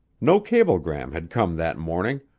no cablegram had come that morning,